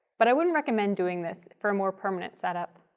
but i wouldn't recommend doing this for a more permanent setup.